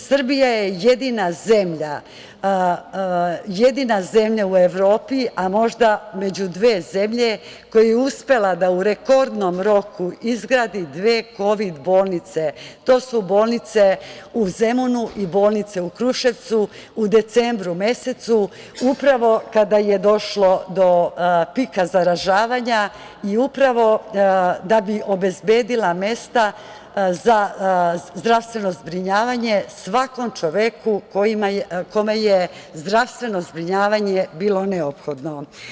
Srbija je jedina zemlja u Evropi, a možda među dve zemlje koja je uspela da u rekordnom roku izgradi dve kovid bolnice, to su bolnica u Zemunu i bolnica u Kruševcu u decembru mesecu, upravo kada je došlo do pika zaražavanja i upravo da bi obezbedila mesta za zdravstveno zbrinjavanje svakom čoveku kome je zdravstveno zbrinjavanje bilo neophodno.